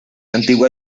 antiguo